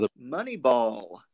Moneyball